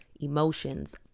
emotions